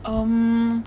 um